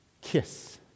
Kiss